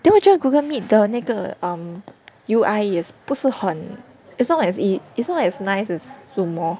then 我觉得 Google Meet 的那个 um U_I is 不是很 it's not as easy it's not as nice as Zoom lor